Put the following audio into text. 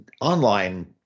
online